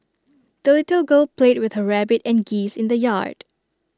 the little girl played with her rabbit and geese in the yard